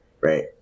Right